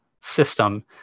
system